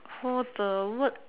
for the word